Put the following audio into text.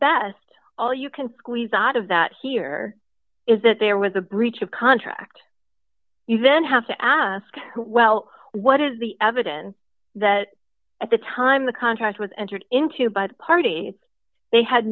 best all you can squeeze out of that here is that there was a breach of contract you then have to ask well what is the evidence that at the time the contract was entered into by the party they had